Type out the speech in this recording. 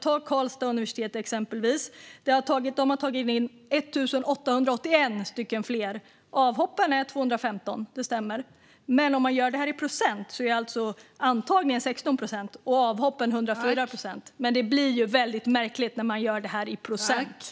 Ta Karlstads universitet, exempelvis: De har tagit in 1 881 fler, och avhoppen är 215. Siffrorna stämmer, men om man räknar detta i procent är alltså antagningen 16 procent och avhoppen 104 procent. Det blir väldigt märkligt att räkna det i procent.